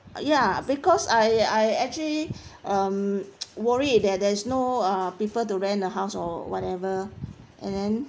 ya because I I actually um worry that there is no uh people to rent a house or whatever and then